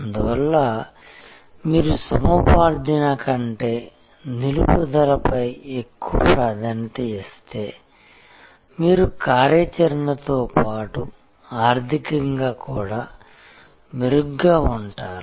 అందువల్ల మీరు సముపార్జన కంటే నిలుపుదలపై ఎక్కువ ప్రాధాన్యత ఇస్తే మీరు కార్యాచరణతో పాటు ఆర్థికంగా కూడా మెరుగ్గా ఉంటారు